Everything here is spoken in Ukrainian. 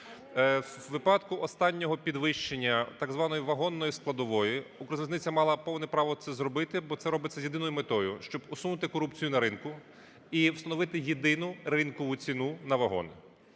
У випадку останнього підвищення так званої вагонної складової "Укрзалізниця" мала повне право це зробити, бо це робиться з єдиною метою – щоб усунути корупцію на ринку і встановити єдину ринкову ціну на вагони.